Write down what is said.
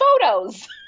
photos